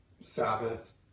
Sabbath